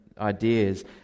ideas